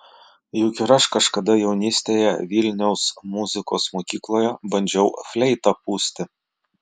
juk ir aš kažkada jaunystėje vilniaus muzikos mokykloje bandžiau fleitą pūsti